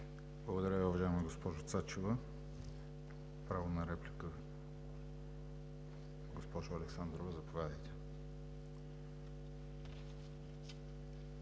Благодаря Ви, уважаема госпожо Цачева. Право на реплика – госпожо Александрова, заповядайте.